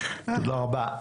תודה רבה.